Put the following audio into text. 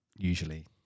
usually